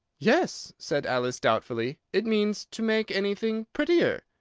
yes, said alice doubtfully it means to make anything prettier.